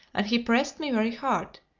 and he pressed me very hard.